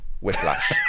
whiplash